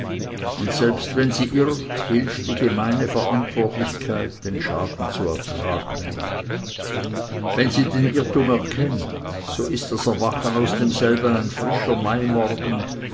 und selbst wenn sie irrt hilft die gemeine verantwortlichkeit den schaden ertragen wenn sie den irrtum erkennt so ist das erwachen aus demselben ein frischer maimorgen